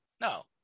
No